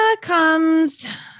comes